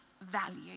value